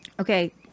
okay